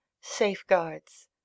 safeguards